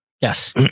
Yes